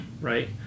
right